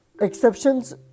Exceptions